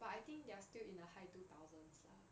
but I think they are still in the high two thousands lah